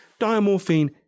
diamorphine